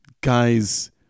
guys